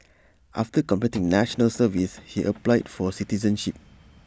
after completing National Service he applied for citizenship